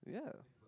yeah